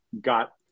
got